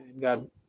God